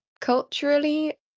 Culturally